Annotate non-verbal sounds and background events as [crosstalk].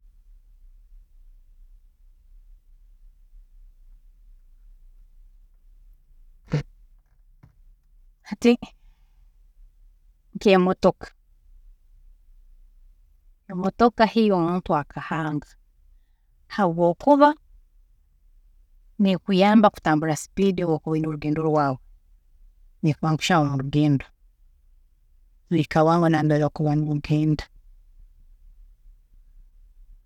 [noise] Hati nk'emotoka, emotoka hiyo omuntu akahanga habwokuba nekuyamba kutambura speed obu okuba oyine orugendo rwaawe, nekwangushyaaho murugendo kuhika bwangu nambere okuba nogenda.